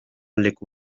leku